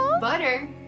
butter